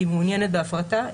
היא מעוניינת בהפרטה,